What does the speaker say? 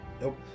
Nope